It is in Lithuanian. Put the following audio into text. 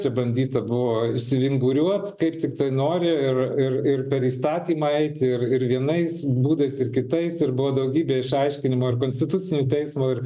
čia bandyta buvo vinguriuot kaip tiktai nori ir ir ir per įstatymą eiti ir ir vienais būdais ir kitais ir buvo daugybė išaiškinimo ir konstitucinio teismo ir